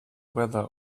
weather